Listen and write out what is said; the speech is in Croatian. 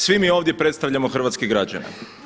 Svi mi ovdje predstavljamo hrvatske građane.